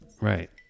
right